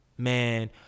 Man